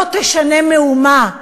לא ישנו מאומה: